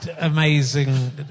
amazing